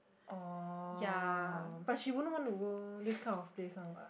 oh but she won't want to go this kind of place one what